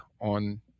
on